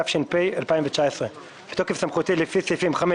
התש"ף-2019 בתוקף סמכותי לפי סעיפים 5,